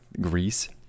Greece